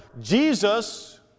Jesus